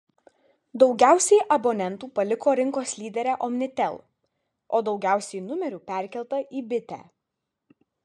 daugiausiai abonentų paliko rinkos lyderę omnitel o daugiausiai numerių perkelta į bitę